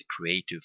creative